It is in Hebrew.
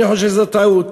אני חושב שזו טעות.